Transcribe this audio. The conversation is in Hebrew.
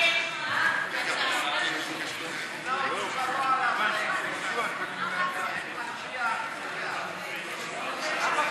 להעביר לוועדה את הצעת חוק השידור הציבורי (תיקון,